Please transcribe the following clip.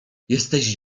jesteś